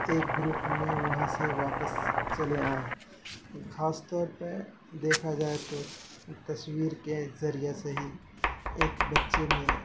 ایک گروپ میں وہاں سے واپس چلے آئے خاص طور پہ دیکھا جائے تو تصویر کے ذریعے سے ہی ایک بچے میں